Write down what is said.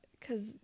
cause